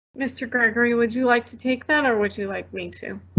mr. gregory would you like to take that or would you like me to?